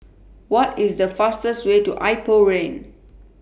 What IS The fastest Way to Ipoh Lane